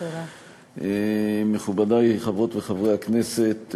מכובדי, חברי וחברות הכנסת,